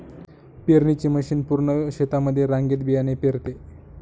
पेरणीची मशीन पूर्ण शेतामध्ये रांगेत बियाणे पेरते